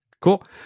Cool